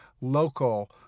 local